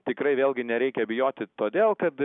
tikrai vėlgi nereikia bijoti todėl kad